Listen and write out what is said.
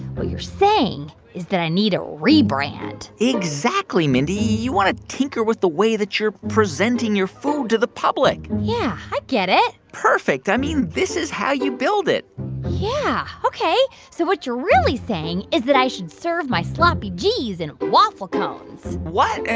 what you're saying is that i need a rebrand exactly, mindy. you want to tinker with the way that you're presenting your food to the public yeah. i get it perfect. i mean, this is how you build it yeah. ok. so what you're really saying is that i should serve my sloppy gs in waffle cones what?